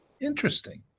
Interesting